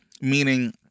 meaning